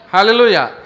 Hallelujah